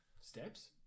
Steps